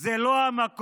זה לא המקום